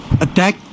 attack